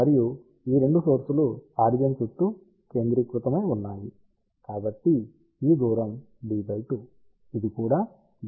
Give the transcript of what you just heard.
మరియు ఈ 2 సోర్సులు ఆరిజిన్ చుట్టూ కేంద్రీకృతమై ఉన్నాయి కాబట్టి ఈ దూరం d 2 ఇది కూడా d 2